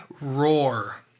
roar